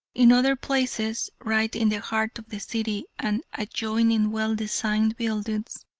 in other places, right in the heart of the city, and adjoining well-designed buildings,